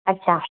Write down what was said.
अछा